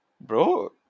Bro